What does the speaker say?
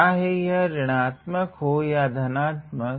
चाहे यह ऋणात्मक हो या धनात्मक